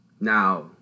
Now